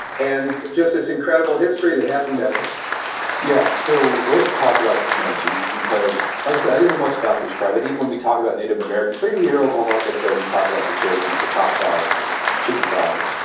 and just this incredible history that happened down here yeah. so let's talk about the comanches because, like i said, i didn't know much about this tribe. i think when we talk about native americans, particularly here in oklahoma like i said, you talk about the cherokees, the choctaws, the chickasaws.